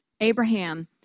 Abraham